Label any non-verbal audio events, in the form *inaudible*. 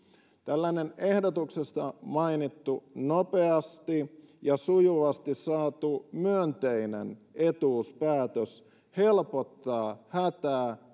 tällainen ehdotuksessa mainittu nopeasti ja sujuvasti saatu myönteinen etuuspäätös helpottaa hätää *unintelligible*